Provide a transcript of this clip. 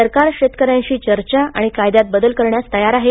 सरकार शेतक यांशी चर्चा आणि कायद्यात बदल करण्यास तयार आहे